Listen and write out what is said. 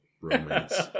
Romance